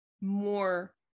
more